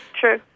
true